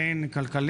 בין אם כלכלית,